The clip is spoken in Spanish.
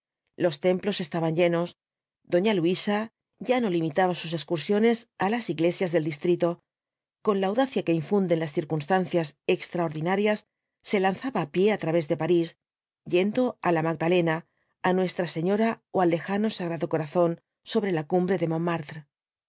los templos estaban llenos doña luisa ya no limitaba sus excursiones á las iglesias del distrito con la audacia que infunden las circunstancias extraordinarias se lanzaba á pie á través de parís yendo á la magdalena á nuestra señora ó al lejano sagrado corazón sobre la lioü oüatro jinbtbs djffilj apocalipsis